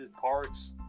parks